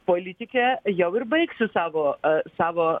politike jau ir baigsiu savo savo